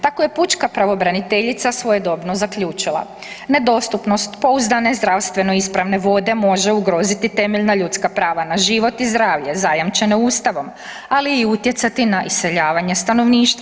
Tako je pučka pravobraniteljica svojedobno zaključila nedostupnost pouzdane zdravstveno ispravne vode može ugroziti temeljna ljudska prava na život i zdravlje zajamčene ustavom, ali i utjecati na iseljavanje stanovništva.